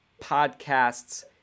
podcasts